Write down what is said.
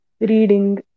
reading